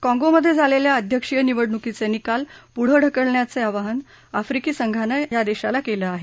काँगोमध्ये झालेल्या अध्यक्षीय निवडणुकीचे निकाल पुढे ढकलण्याचं आवाहन आफ्रिकी संघानं या देशाला केलं आहे